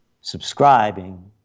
subscribing